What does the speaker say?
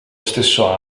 stesso